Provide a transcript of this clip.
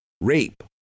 Rape